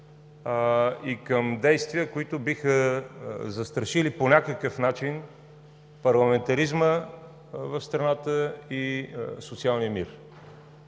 и към действия, които биха застрашили по някакъв начин парламентаризма в страната и социалния мир.